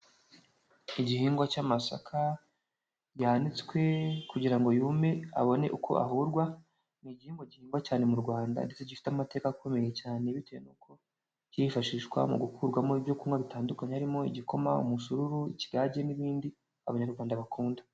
Igihingwa cy'amasaka yanitswe kugira ngo yume abone uko ahurwa, ni igihingwa gihingwa cyane mu Rwanda ndetse gifite amateka akomeye cyane bitewe nuko kirifashishwa mu gukurwamo ibyo kunywa bitandukanye harimo igikoma, umusururu, kigage n'ibindi abanyarwanda bakunda.